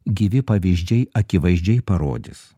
gyvi pavyzdžiai akivaizdžiai parodys